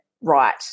Right